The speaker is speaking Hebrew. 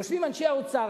יושבים אנשי האוצר,